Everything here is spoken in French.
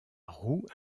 roues